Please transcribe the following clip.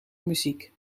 muziek